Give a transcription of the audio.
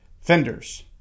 fenders